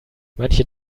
manche